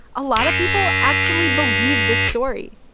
a lot of people actually believed this story.